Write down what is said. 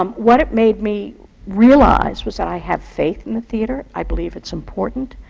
um what it made me realize was that i have faith in the theatre. i believe it's important.